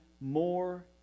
more